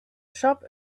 shop